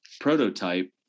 prototype